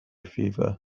fever